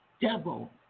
devil